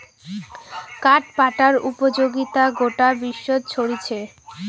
কাঠ পাটার উপযোগিতা গোটা বিশ্বত ছরিচে